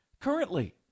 currently